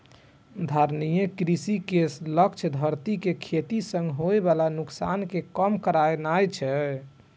धारणीय कृषि के लक्ष्य धरती कें खेती सं होय बला नुकसान कें कम करनाय छै